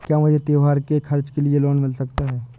क्या मुझे त्योहार के खर्च के लिए लोन मिल सकता है?